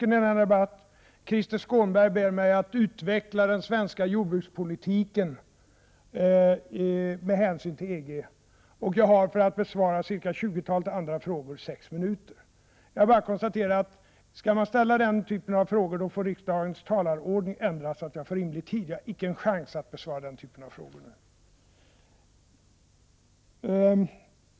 Det har varit tre stycken inlägg i denna debatt. Krister Skånberg ber mig att utveckla min syn på den svenska jordbrukspolitiken med hänsyn till EG. Jag har för att besvara den frågan och ett tjugotal andra frågor sex minuter till mitt förfogande. Jag konstaterar bara att om man skall ställa den typen av frågor får riksdagens talarordning ändras så att jag får rimlig tid på mig. Jag har icke en chans att besvara den typen av frågor nu.